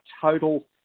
total